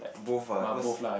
both lah cause